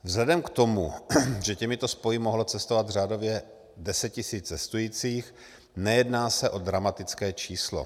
Vzhledem k tomu, že těmito spoji mohlo cestovat řádově deset tisíc cestujících, nejedná se o dramatické číslo.